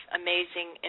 amazing